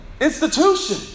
institution